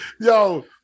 yo